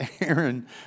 Aaron